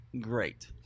great